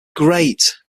great